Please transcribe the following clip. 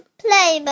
play